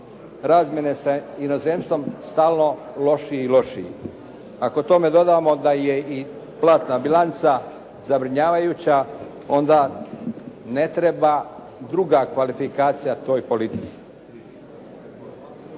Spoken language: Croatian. razmjene sa inozemstvo stalno lošiji i lošiji. Ako tome dodamo da je i platna bilanca zabrinjavajuća onda ne treba druga kvalifikacija toj politici.